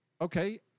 Okay